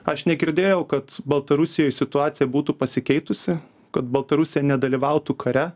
aš negirdėjau kad baltarusijoj situacija būtų pasikeitusi kad baltarusija nedalyvautų kare